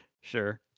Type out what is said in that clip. Sure